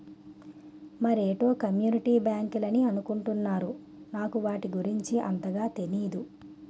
మరేటో కమ్యూనిటీ బ్యాంకులని అనుకుంటున్నారు నాకు వాటి గురించి అంతగా తెనీదు